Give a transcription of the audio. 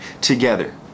together